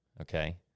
Okay